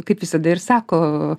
kaip visada ir sako